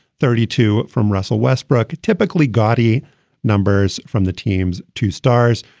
thirty two from russell westbrook. typically gaudy numbers from the team's two stars.